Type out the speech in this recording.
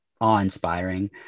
awe-inspiring